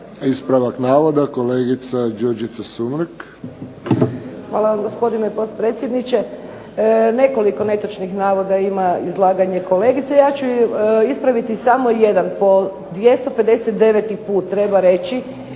Ispravak navoda kolegica Đurđica Sumrak. **Sumrak, Đurđica (HDZ)** Hvala vam gospodine potpredsjedniče. Nekoliko netočnih navoda ima izlaganje kolegice. Ja ću ispraviti samo jedan. Po 259 treba reći